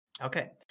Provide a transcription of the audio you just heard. Okay